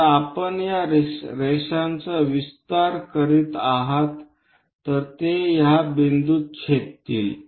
जर आपण या रेषांचा विस्तार करीत आहोत तर त्या ह्या बिंदूत छेदतील